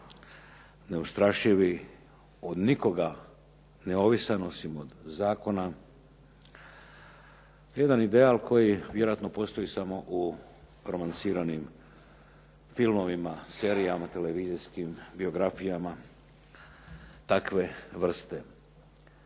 neustrašivi, od nikoga neovisan osim od zakona. Jedan ideal koji vjerojatno postoji samo u romansiranim filmovima, serijama televizijskim, biografijama takve vrste.